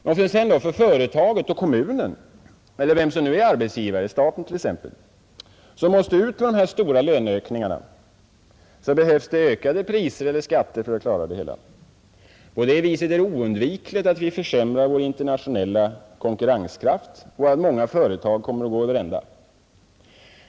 Vad sker beträffande företaget och kommunen eller den som är arbetsgivare, staten t.ex., som måste ut med dessa stora löneökningar? Jo, då behövs ökade priser och skatter för att klara det hela. På det viset är det oundvikligt att vi försämrar vår internationella konkurrenskraft och att många företag kommer att gå över ända.